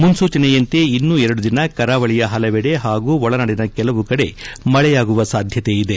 ಮುನ್ಲೂಚನೆಯಂತೆ ಇನ್ನೂ ಎರಡು ದಿನ ಕರಾವಳಿಯ ಪಲವೆಡೆ ಹಾಗೂ ಒಳನಾಡಿನ ಕೆಲವು ಕಡೆ ಮಳೆಯಾಗುವ ಸಾಧ್ಯತೆ ಇದೆ